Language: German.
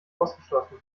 ausgeschlossen